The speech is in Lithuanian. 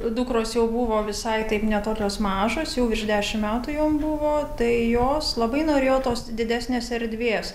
dukros jau buvo visai taip ne tokios mažos jau virš dešim metų jom buvo tai jos labai norėjo tos didesnės erdvės